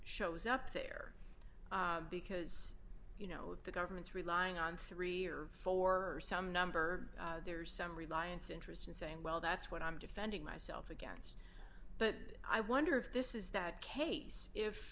shows up there because you know the government's relying on three or four number there's some reliance interest in saying well that's what i'm defending myself against but i wonder if this is that case if